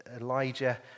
Elijah